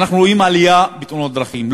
ואנחנו רואים עלייה בתאונות דרכים,